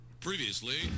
Previously